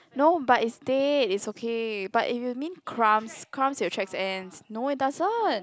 no but it's dead is okay but if you mean crumbs crumbs will check ants no it doesn't